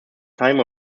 time